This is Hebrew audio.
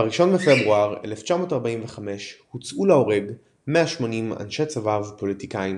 ב-1 בפברואר 1945 הוצאו להורג 180 אנשי צבא ופוליטיקאים,